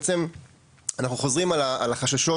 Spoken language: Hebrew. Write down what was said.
בעצם אנחנו חוזרים על החששות,